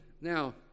now